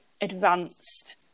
advanced